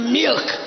milk